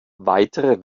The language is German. weitere